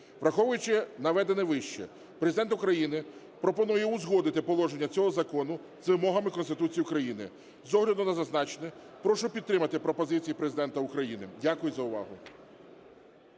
Враховуючи наведене вище, Президент України пропонує узгодити положення цього закону з вимогами Конституції України. З огляду на зазначене прошу підтримати пропозиції Президента України. Дякую за увагу.